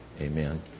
amen